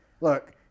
Look